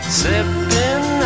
sipping